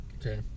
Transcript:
Okay